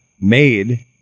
made